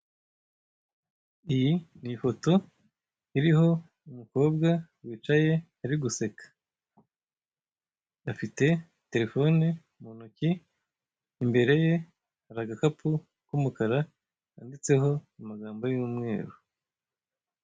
Iyi ni ifoto iriho umukobwa wicaye ari guseka. afite telefone mu ntoki, imbere ye hari agakapu k'umukara kanditseho amagambo y'umweru.